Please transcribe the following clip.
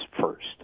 first